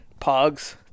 pogs